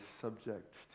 subject